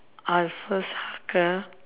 I'll first hug her